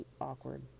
awkward